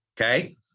okay